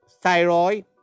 Thyroid